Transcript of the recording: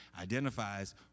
identifies